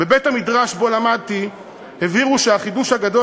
בבית-המדרש שבו למדתי הבהירו שהחידוש הגדול